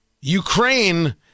Ukraine